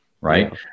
Right